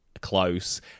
close